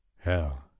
Hell